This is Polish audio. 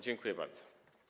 Dziękuję bardzo.